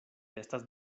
estas